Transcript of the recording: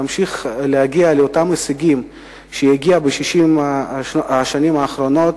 תמשיך להגיע לאותם הישגים שהיא הגיעה אליהם ב-60 השנים האחרונות,